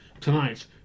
tonight